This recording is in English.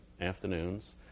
afternoons